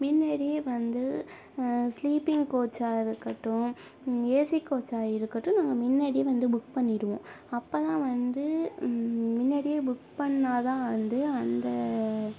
முன்னடியே வந்து ஸ்லீப்பிங் கோச்சாக இருக்கட்டும் ஏசி கோச்சாக இருக்கட்டும் நாங்கள் முன்னடியே வந்து புக் பண்ணிவிடுவோம் அப்போ தான் வந்து முன்னடியே புக் பண்ணால்தான் வந்து அந்த